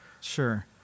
Sure